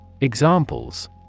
Examples